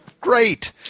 great